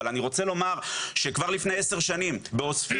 אבל אני רוצה לומר שכבר לפני 10 שנים בעוספיא,